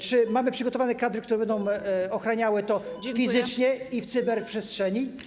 Czy mamy przygotowane kadry, które będą ochraniały to fizycznie i w cyberprzestrzeni?